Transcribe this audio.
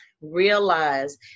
realize